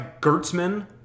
Gertzman